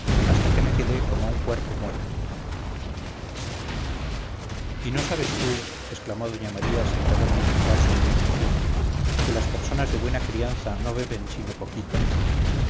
hasta que me quedé como un cuerpo muerto y no sabes tú exclamó doña maría sin poder disimular su indignación que las personas de buena crianza no beben sino poquito